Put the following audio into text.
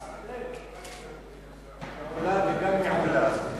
1. כמה מהעולים החדשים שביקשו קיבלו דיור זה,